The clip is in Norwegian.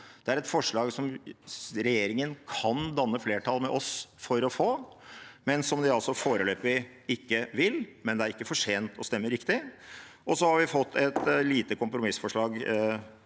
Det er et forslag som regjeringen kan danne flertall med oss for å få, men som de altså foreløpig ikke vil. Men det er ikke for sent å stemme riktig. Så har vi fått et lite kompromissforslag om